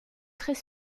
très